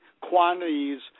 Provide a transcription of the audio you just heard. quantities